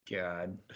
God